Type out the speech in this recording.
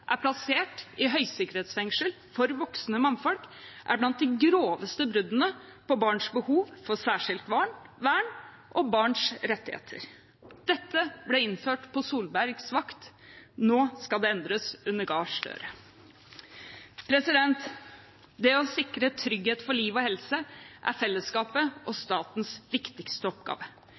er plassert i høysikkerhetsfengsel for voksne mannfolk, er blant de groveste bruddene på barns behov for særskilt vern og barns rettigheter. Dette ble innført på Solbergs vakt – nå skal det endres under Gahr Støre. Det å sikre trygghet for liv og helse er fellesskapets og statens viktigste oppgave.